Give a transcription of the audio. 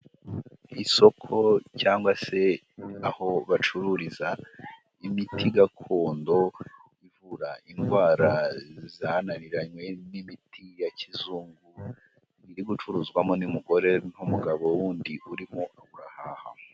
Isoko cyangwa se aho bacururiza imiti gakondo ivura indwara zananiranywe n'imiti ya kizungu iri gucuruzwamo n'umugore n'umugabo wundi urimo urahaha.